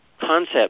concept